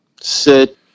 sit